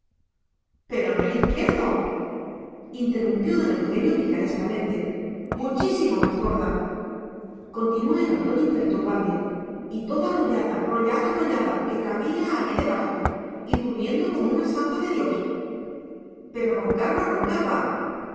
pero no que el izquierdo interrumpió don eugenio picarescamente muchísimo más gorda continuó el ratón imperturbable y toda rollada rollada rollada que cabía allí debajo y durmiendo como una santa de dios pero roncar no roncaba